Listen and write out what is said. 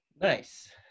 Nice